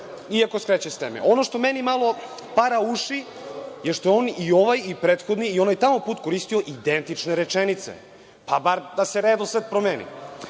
iako skreće s teme. Ono što meni malo para uši je što je on i ovaj, i prethodni i onaj tamo put koristio identične rečenice. Bar da je redosled promenio. Vidim